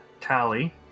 Tally